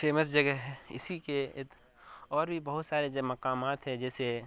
famous جگہ ہے اسی کے اور بھی سارے مقامات ہیں جیسے